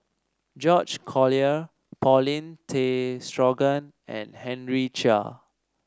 George Collyer Paulin Tay Straughan and Henry Chia